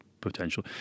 potential